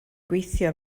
gweithio